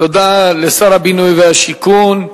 תודה לשר הבינוי והשיכון.